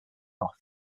off